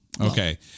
Okay